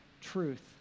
truth